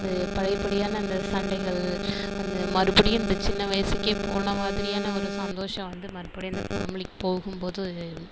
அது பழைய படியான அந்த சண்டைகள் அது மறுபடியும் அந்த சின்ன வயசுக்கே போன மாதிரியான ஒரு சந்தோஷம் வந்து மறுபடியும் அந்த ஃபேமிலிக்கு போகும்போது